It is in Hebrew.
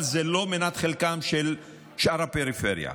אבל זו לא מנת חלקה של שאר הפריפריה.